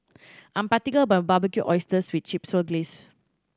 I am particular about my Barbecued Oysters with Chipotle Glaze